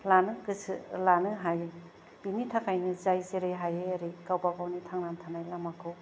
लानो गोसो लानो हायो बिनि थाखायनो जाय जेरै हायो एरै गावबागावनि थांनानै थानाय लामाखौ